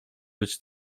być